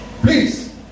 please